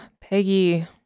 Peggy